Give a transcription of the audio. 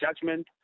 judgment